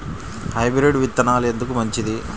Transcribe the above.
Hybrid విత్తనాలు ఎందుకు మంచిది?